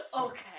okay